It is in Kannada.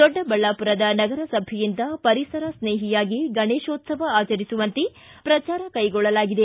ದೊಡ್ಡಬಳ್ಳಾಪುರದ ನಗರಸಭೆಯಿಂದ ಪರಿಸರಸ್ನೇಹಿಯಾಗಿ ಗಣೇಶೋತ್ತವ ಆಚರಿಸುವಂತೆ ಪ್ರಚಾರ ಕೈಗೊಳ್ಳಲಾಗಿದೆ